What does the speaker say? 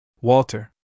Walter